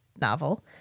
novel